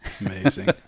Amazing